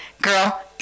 girl